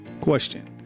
Question